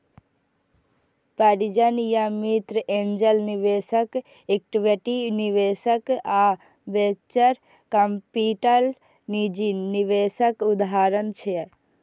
परिजन या मित्र, एंजेल निवेशक, इक्विटी निवेशक आ वेंचर कैपिटल निजी निवेशक उदाहरण छियै